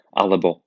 alebo